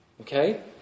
Okay